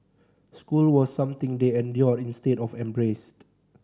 school was something they endured instead of embraced